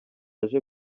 aje